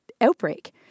outbreak